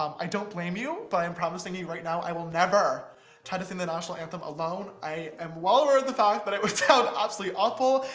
um i don't blame you, but i'm promising you right now i will never try to sing the national anthem alone. i am well aware of the fact that it would sound absolutely awful.